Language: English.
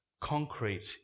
concrete